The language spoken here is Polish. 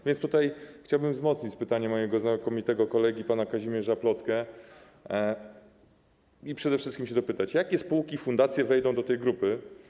A więc chciałbym wzmocnić pytanie mojego znakomitego kolegi pana Kazimierza Plocke i przede wszystkim dopytać: Jakie spółki, fundacje wejdą do tej grupy?